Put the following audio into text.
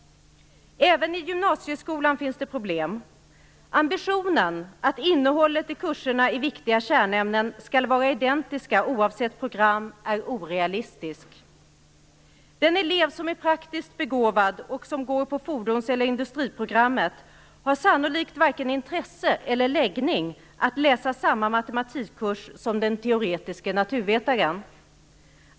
Även i gymnasieskolan finns det problem. Ambitionen att innehållet i kurserna i viktiga kärnämnen skall vara identiska oavsett program är orealistisk. Den elev som är praktiskt begåvad och som går på fordons eller industriprogrammet har sannolikt varken intresse eller läggning att läsa samma matematikkurs som den teoretiske naturvetaren.